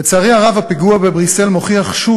כל הדברים האלה אינם אמורים להיעשות באמצעים